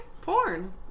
Porn